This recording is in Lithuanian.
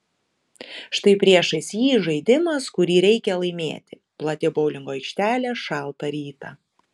štai priešais jį žaidimas kurį reikia laimėti plati boulingo aikštelė šaltą rytą